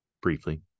briefly